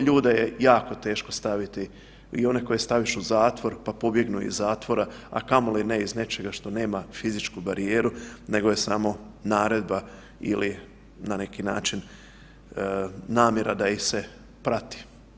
Ljude je jako teško staviti i one koje staviš u zatvor pa pobjegnu iz zatvora, a kamoli ne iz nečega što nema fizičku barijeru nego je samo naredba ili na neki način namjera da ih se prati.